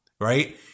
right